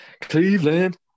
Cleveland